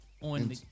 on